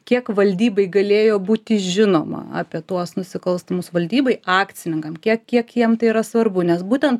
kiek valdybai galėjo būti žinoma apie tuos nusikalstamus valdybai akcininkam kiek kiek jiem tai yra svarbu nes būtent